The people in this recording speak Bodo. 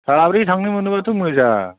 साब्रै थांनो मोनोबाथ' मोजां